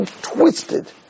twisted